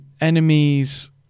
enemies